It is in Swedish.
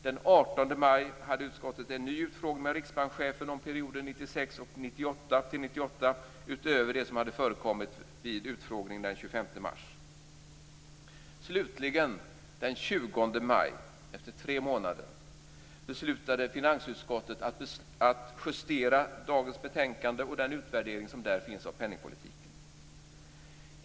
Den 18 maj hade utskottet en ny utfrågning ned riksbankschefen om perioden 1996 Slutligen den 20 maj - efter tre månader - beslutade finansutskottet att justera dagens betänkande och den utvärdering som där finns av penningpolitiken.